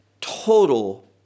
Total